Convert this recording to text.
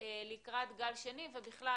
לקראת גל שני ובכלל,